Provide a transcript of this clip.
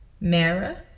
Mara